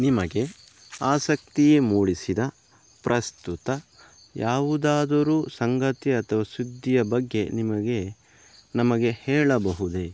ನಿಮಗೆ ಆಸಕ್ತಿ ಮೂಡಿಸಿದ ಪ್ರಸ್ತುತ ಯಾವುದಾದರೂ ಸಂಗತಿ ಅಥವಾ ಸುದ್ದಿಯ ಬಗ್ಗೆ ನಿಮಗೆ ನಮಗೆ ಹೇಳಬಹುದೇ